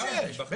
בטח שיש.